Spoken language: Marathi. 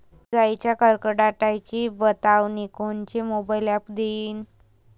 इजाइच्या कडकडाटाची बतावनी कोनचे मोबाईल ॲप देईन?